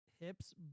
hips